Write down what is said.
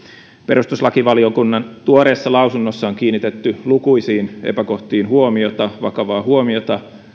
perustuslakivaliokunnan tuoreessa lausunnossa on kiinnitetty lukuisiin epäkohtiin huomiota vakavaa huomiota